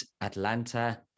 atlanta